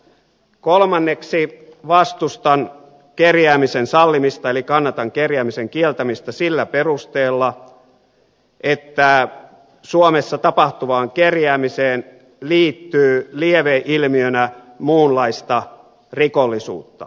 kolmanneksi vastustan kerjäämisen sallimista eli kannatan kerjäämisen kieltämistä sillä perusteella että suomessa tapahtuvaan kerjäämiseen liittyy lieveilmiönä muunlaista rikollisuutta